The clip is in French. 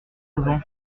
fauvent